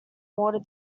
water